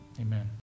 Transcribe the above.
Amen